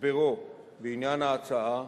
הסברו בעניין ההצעה,